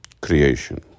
creation